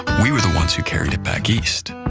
we were the ones who carried it back east.